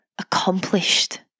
accomplished